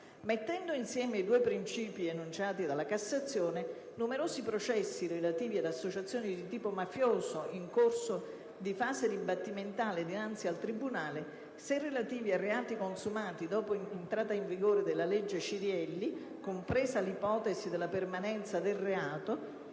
Mettendo insieme i due principi enunciati dalla Cassazione, numerosi processi relativi ad associazioni di tipo mafioso in corso in fase dibattimentale dinanzi al tribunale, se relativi a reati consumati dopo l'entrata in vigore della legge Cirielli (compresa l'ipotesi della permanenza del reato),